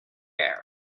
air